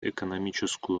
экономическую